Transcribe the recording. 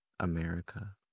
america